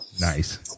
nice